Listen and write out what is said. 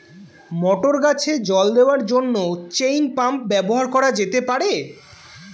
মটর গাছে জল দেওয়ার জন্য চেইন পাম্প ব্যবহার করা যেতে পার?